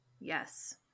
Yes